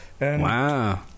wow